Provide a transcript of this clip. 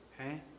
Okay